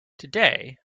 today